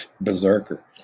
berserker